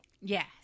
Yes